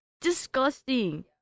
disgusting